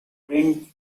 print